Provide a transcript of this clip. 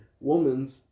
woman's